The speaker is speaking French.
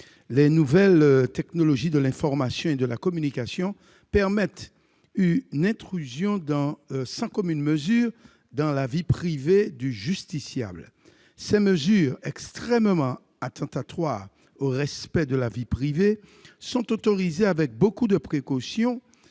Les nouvelles technologies de l'information et de la communication permettent une intrusion sans commune mesure dans la vie privée du justiciable. Les mesures qu'elles permettent, extrêmement attentatoires au respect de la vie privée, sont autorisées avec beaucoup de précautions